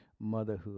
motherhood